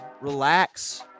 relax